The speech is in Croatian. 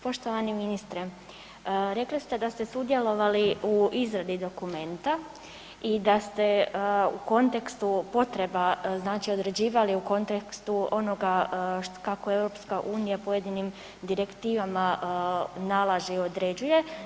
Poštovani ministre, rekli ste da ste sudjelovali u izradi dokumenta i da ste u kontekstu potreba, znači određivali u kontekstu onoga kako EU pojedinim direktivama nalaže i određuje.